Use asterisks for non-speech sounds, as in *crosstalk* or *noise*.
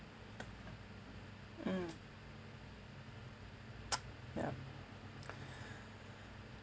mm *noise* ya